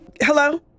Hello